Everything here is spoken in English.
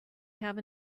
have